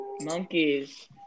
Monkeys